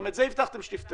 גם את זה הבטחתם שתפתרו.